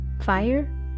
Fire